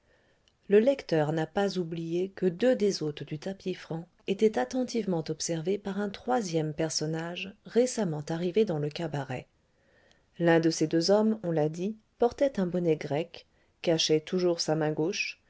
le lecteur n'a pas oublié que deux des hôtes du tapis franc étaient attentivement observés par un troisième personnage récemment arrivé dans le cabaret l'un de ces deux hommes on l'a dit portait un bonnet grec cachait toujours sa main gauche